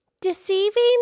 Deceiving